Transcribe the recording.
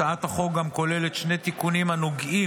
הצעת החוק כוללת גם שני תיקונים הנוגעים